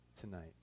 tonight